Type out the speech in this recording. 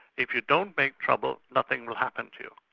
if you don't make trouble, nothing will happen to you.